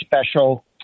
special